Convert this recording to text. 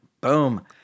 boom